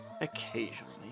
occasionally